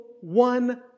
one